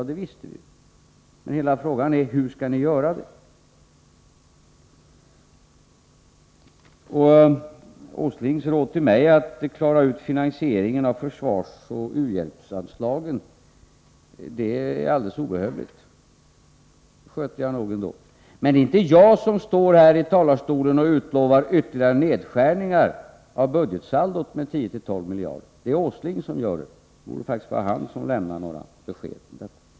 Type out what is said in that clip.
Det visste vi ju. Men frågan är: Hur skall ni göra det? Nils Åslings råd till mig att klara ut finansieringen av försvarsoch u-hjälpsanslagen är alldeles obehövligt. Det sköter jag nog ändå. Men det är inte jag som står här i talarstolen och utlovar ytterligare nedskärningar av budgetsaldot med 10-12 miljarder. Det är Nils Åsling som gör det. Det borde faktiskt vara han som lämnar besked om detta.